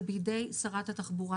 זה בידי שרת התחבורה.